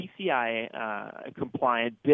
PCI-compliant